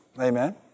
Amen